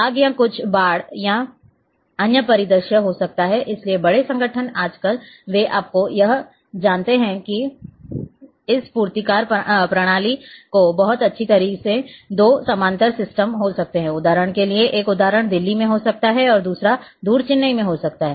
आग या कुछ बाढ़ या अन्य परिदृश्य हो सकता है इसलिए बड़े संगठन आजकल वे आपको यह जानते हैं कि इस पूर्तिकर प्रणाली को बहुत अच्छी तरह से दो समानांतर सिस्टम हो सकते हैं उदाहरण के लिए एक उदाहरण दिल्ली में हो सकता है और दूसरा दूर चेन्नई में हो सकता है